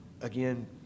again